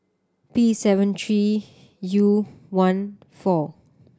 P seven three U one four